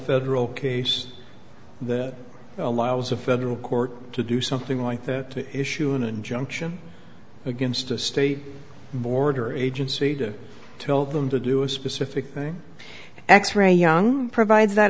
federal case that allows a federal court to do something like that to issue an injunction against a state border agency to tell them to do a specific thing x ray young provides that